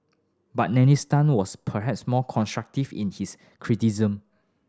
but Dennis Tan was perhaps more constructive in his criticism